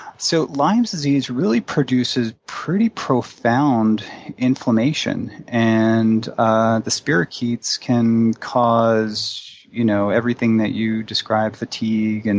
so lyme disease really produces pretty profound inflammation. and ah the spirochetes can cause you know everything that you described, fatigue. and